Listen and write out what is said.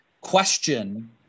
question